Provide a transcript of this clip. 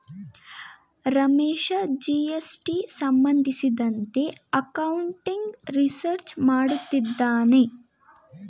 Ramesh GST ಸಂಬಂಧಿಸಿದಂತೆ accounting research ಮಾಡುತ್ತಿದ್ದಾನೆ